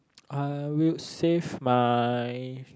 I would save my